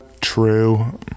True